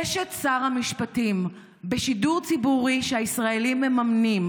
אשת שר המשפטים, בשידור ציבורי שהישראלים מממנים,